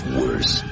worse